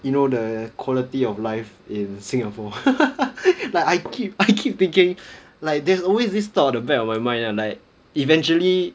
you know the quality of life in singapore like I keep I keep thinking like there's always this thought at the back of my mind lah like eventually